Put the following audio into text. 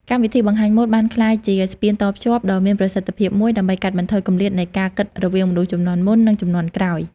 កម្មវិធីបង្ហាញម៉ូដបានក្លាយជា ស្ពានតភ្ជាប់ ដ៏មានប្រសិទ្ធភាពមួយ ដើម្បីកាត់បន្ថយគម្លាតនៃការគិតរវាងមនុស្សជំនាន់មុន និងជំនាន់ក្រោយ។